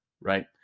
right